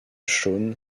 sean